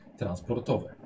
transportowe